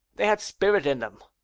they had spirit in them.